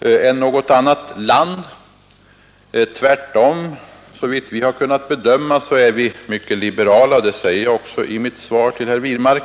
än något annat land. Tvärtom, såvitt jag har kunnat bedöma är vi mycket liberala. Det säger jag också i mitt svar till herr Wirmark.